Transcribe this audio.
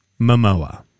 Momoa